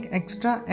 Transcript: extra